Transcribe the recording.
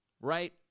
right